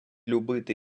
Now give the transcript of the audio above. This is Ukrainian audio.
любити